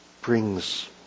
brings